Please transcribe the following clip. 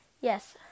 Yes